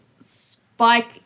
Spike